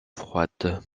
froide